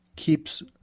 keeps